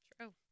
True